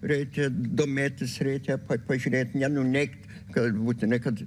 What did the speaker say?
reikia domėtis reikia pažiūrėt nenuneigt gal būtinai kad